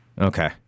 Okay